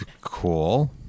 Cool